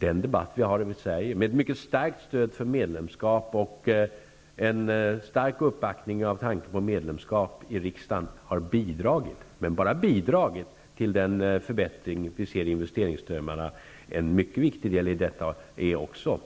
Den debatt som förs i Sverige, med ett mycket starkt stöd för medlemskap och en stark uppbackning i riksdagen av tanken på medlemskap, har bidragit -- men bara bidragit -- till den förbättring vi ser i investeringsströmmarna. En mycket viktig del i detta är också